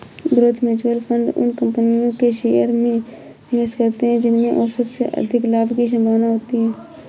growth mutual fund उन कंपनियों के शेयरों में निवेश करते हैं जिनमें औसत से अधिक लाभ की संभावना होती है